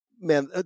man